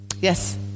yes